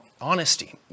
honesty